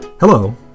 Hello